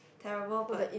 terrible but